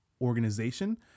organization